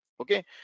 okay